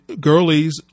Gurley's